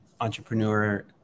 entrepreneur